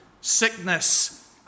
sickness